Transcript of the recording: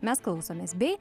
mes klausomės bei